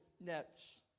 nets